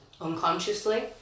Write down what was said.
unconsciously